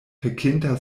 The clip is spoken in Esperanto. pekinta